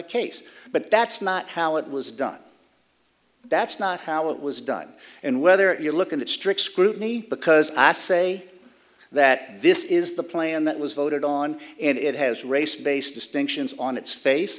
a case but that's not how it was done that's not how it was done and whether you look at strict scrutiny because i say that this is the plan that was voted on and it has race based distinctions on its face